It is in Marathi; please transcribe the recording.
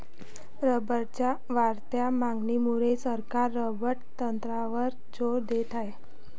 रबरच्या वाढत्या मागणीमुळे सरकार रबर तंत्रज्ञानावर जोर देत आहे